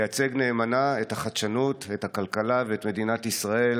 לייצג נאמנה את החדשנות ואת הכלכלה ואת מדינת ישראל.